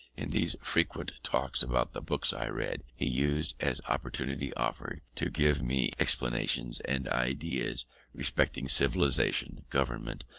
in these frequent talks about the books i read, he used, as opportunity offered, to give me explanations and ideas respecting civilization, government,